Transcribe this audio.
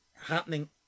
happening